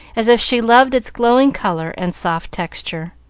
as if she loved its glowing color and soft texture.